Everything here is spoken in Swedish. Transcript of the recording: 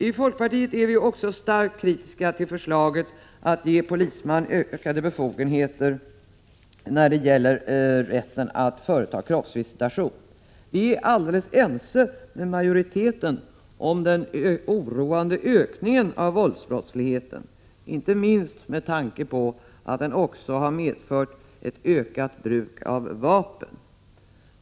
I folkpartiet är vi också starkt kritiska till förslaget att ge polisman ökade befogenheter till kroppsvisitation. Vi är alldeles ense med majoriteten om den oroande ökningen av våldsbrottsligheten, inte minst med tanke på att den medfört ett ökat bruk av vapen.